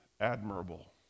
admirable